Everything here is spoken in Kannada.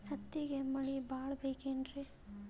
ಹತ್ತಿಗೆ ಮಳಿ ಭಾಳ ಬೇಕೆನ್ರ?